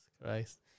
Christ